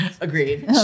Agreed